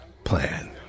plan